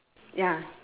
ya